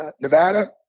Nevada